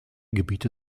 gebiete